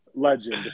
Legend